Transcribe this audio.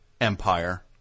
Empire